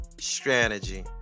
strategy